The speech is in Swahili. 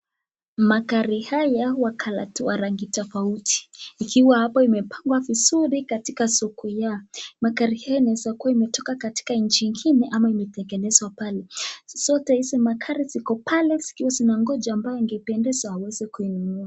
Magari haya wa rangi tofauti Ikiwa hapo imepangwa vizuri katika soko yao. Magari haya yana eza kuwa yametengenezwa katika nchi ingine ama imetengenezwa pale. Zote hizi magari ziko pale zikiwa zimengoja ambaye aweze kuinunua.